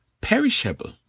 perishable